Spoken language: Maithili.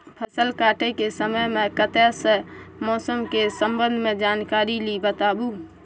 फसल काटय के समय मे कत्ते सॅ मौसम के संबंध मे जानकारी ली बताबू?